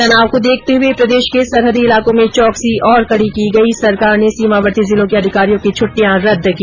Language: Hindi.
तनाव को देखते हुए प्रदेश के सरहदी इलाकों में चोकसी और कडी की गई सरकार ने सीमावर्ती जिलों के अधिकारियों की छ्ट्टियां रद्द की